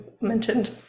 mentioned